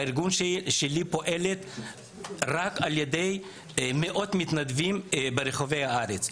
הארגון שלי פועל רק על ידי מאות מתנדבים ברחבי הארץ,